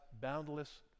boundless